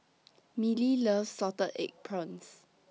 Mellie loves Salted Egg Prawns